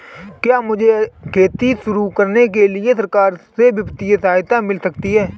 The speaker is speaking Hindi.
क्या मुझे खेती शुरू करने के लिए सरकार से वित्तीय सहायता मिल सकती है?